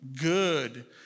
good